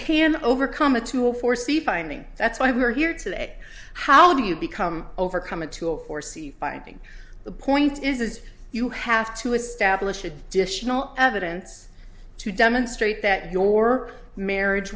can overcome a tool for see finding that's why we're here today how do you become overcome a tool for sea fighting the point is you have to establish a dish no evidence to demonstrate that your marriage